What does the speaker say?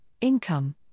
income